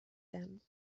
them